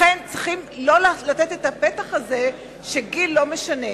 לכן, צריכים לא לתת את הפתח הזה שגיל לא משנה.